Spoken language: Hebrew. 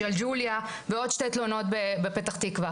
ג'לג'וליה ועוד שתי תלונות בפתח תקווה.